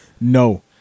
No